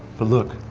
but look,